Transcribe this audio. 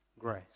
grace